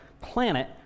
planet